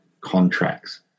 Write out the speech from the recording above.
contracts